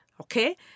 Okay